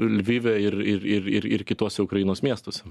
lvive ir ir ir ir ir kituose ukrainos miestuose